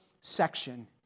section